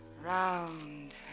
round